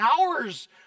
hours